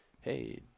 hey